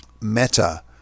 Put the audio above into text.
Meta